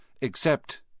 except—